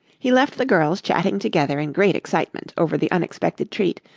he left the girls chatting together in great excitement over the unexpected treat,